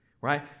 right